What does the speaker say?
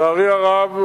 לצערי הרב,